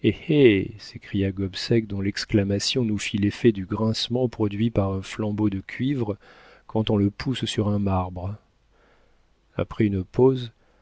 hé s'écria gobseck dont l'exclamation nous fit l'effet du grincement produit par un flambeau de cuivre quand on le pousse sur un marbre après une pause